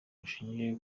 bushingiye